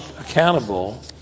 accountable